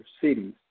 cities